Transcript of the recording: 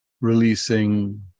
releasing